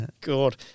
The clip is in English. God